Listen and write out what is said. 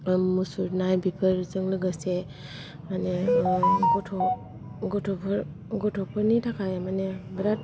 मुसुरनाय बेफोरजों लोगोसे माने गथ' गथ'फोरनि थाखाय मानि बिरात